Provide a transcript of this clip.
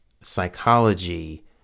psychology